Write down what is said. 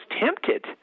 tempted